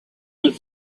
not